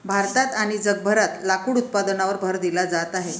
भारतात आणि जगभरात लाकूड उत्पादनावर भर दिला जात आहे